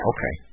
Okay